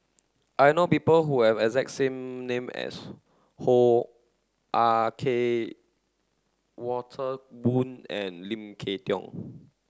I know people who have exact name as Hoo Ah Kay Walter Woon and Lim Kay Tong